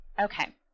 Okay